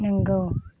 नंगौ